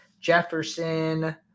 Jefferson